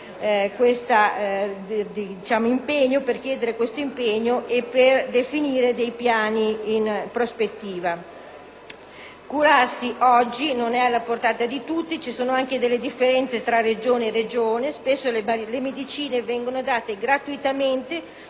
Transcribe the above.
loro impegno e definire dei piani in prospettiva. Curarsi oggi non è alla portata di tutti. Vi sono differenze fra Regione e Regione; spesso le medicine vengono date gratuitamente